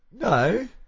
No